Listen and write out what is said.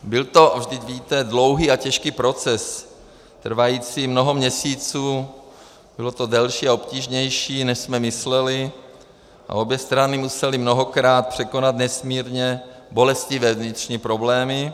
Byl to, vždyť víte, dlouhý a těžký proces trvající mnoho měsíců, bylo to delší a obtížnější, než jsme mysleli, a obě strany musely mnohokrát překonat nesmírně bolestivé vnitřní problémy.